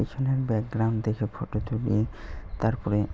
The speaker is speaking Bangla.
পছনের ব্যাকগ্রাউন্ড দেখে ফটো তুলিয়ে তারপরে